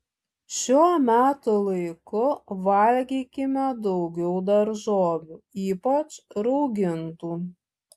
šiuo metų laiku valgykime daugiau daržovių ypač raugintų